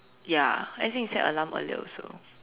ya next time set alarm earlier also